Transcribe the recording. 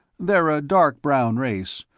they're a dark-brown race,